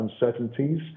uncertainties